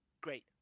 great